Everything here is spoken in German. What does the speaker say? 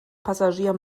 passagier